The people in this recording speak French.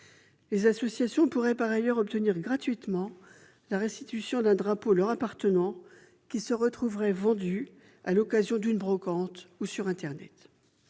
Les associations pourraient par ailleurs obtenir gratuitement la restitution d'un drapeau leur appartenant qui aurait été vendu à l'occasion d'une brocante ou sur internet.